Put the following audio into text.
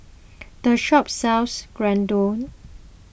the shop sells Gyudon